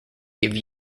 give